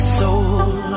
soul